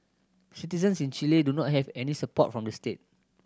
citizens in Chile do not have any support from the state